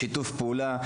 בשיתוף פעולה,